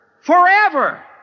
Forever